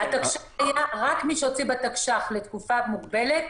רק מי שהוציא בתקש"ח לתקופה מוגבלת,